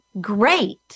great